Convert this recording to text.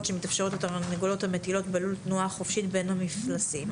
שמתאפשר לתרנגולות המטילות בלול תנועה חופשית בין המפלסים.